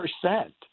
percent